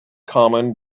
common